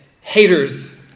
haters